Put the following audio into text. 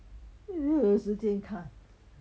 又有时间看